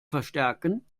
verstärken